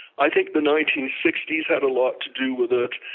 i think the nineteen sixty s had a lot to do with it.